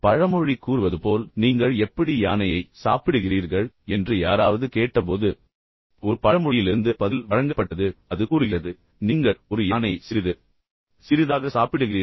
பழமொழி கூறுவது போல் நீங்கள் எப்படி யானையை சாப்பிடுகிறீர்கள் என்று யாராவது கேட்டபோது ஒரு பழமொழியிலிருந்து பதில் வழங்கப்பட்டது அது கூறுகிறது நீங்கள் ஒரு யானையை சிறிது சிறிதாக சாப்பிடுகிறீர்கள்